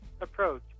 approach